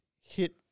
hit